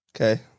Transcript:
Okay